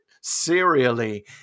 serially